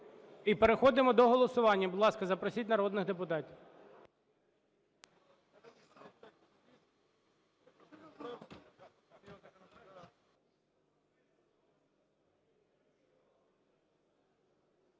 І переходимо до голосування. Будь ласка, запросіть народних депутатів.